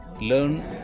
learn